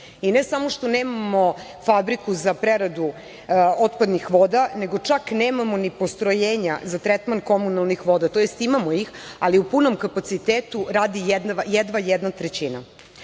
ne samo što nemamo fabriku za preradu otpadnih voda, nego čak nemamo ni postrojenja za tretman komunalnih voda. Odnosno, imamo ih, ali u punom kapacitetu radi jedva jedna trećina. Da